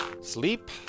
Sleep